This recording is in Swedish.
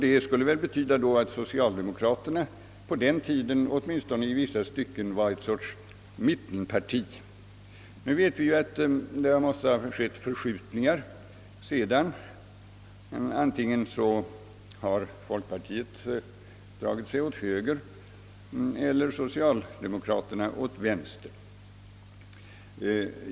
Det skulle väl betyda att socialdemokratien på den tiden åtminstone i vissa stycken var ett slags mittenparti. Nu vet vi att det måste ha skett förskjutningar sedan dess: Antingen har folkpartiet dragit sig åt höger eller socialdemokratien åt vänster.